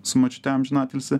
su močiute amžiną atilsį